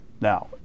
Now